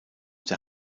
der